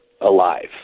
alive